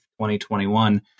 2021